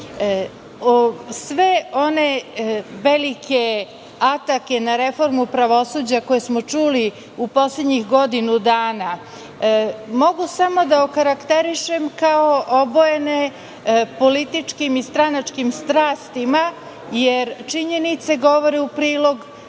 one velike atake na reformu pravosuđa koje smo čuli u poslednjih godinu dana mogu samo da okarakterišem kao obojene političkim i stranačkim strastima, jer činjenice govore u prilog